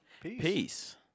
Peace